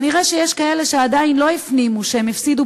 כנראה שיש כאלה שעדיין לא הפנימו שהם הפסידו